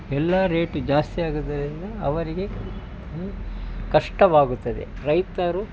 ಎಲ್ಲ ರೇಟ್ ಜಾಸ್ತಿ ಆಗಿದ್ದರಿಂದ ಅವರಿಗೆ ಕಷ್ಟವಾಗುತ್ತದೆ ರೈತರು